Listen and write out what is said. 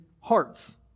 hearts